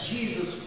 Jesus